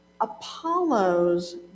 Apollo's